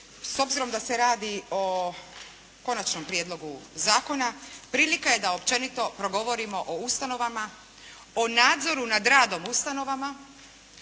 s obzirom da se radi o Konačnom prijedlogu zakona prilika je da općenito progovorimo o ustanovama, o nadzoru nad radom ustanovama,